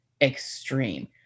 extreme